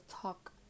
talk